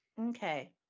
Okay